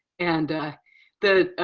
and the.